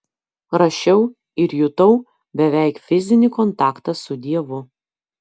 rašiau ir jutau beveik fizinį kontaktą su dievu